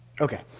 Okay